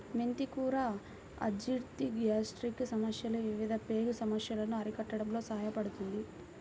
మెంతి కూర అజీర్తి, గ్యాస్ట్రిక్ సమస్యలు, వివిధ పేగు సమస్యలను అరికట్టడంలో సహాయపడుతుంది